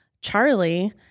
Charlie